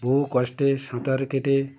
বহু কষ্টে সাঁতার কেটে